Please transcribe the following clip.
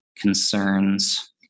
concerns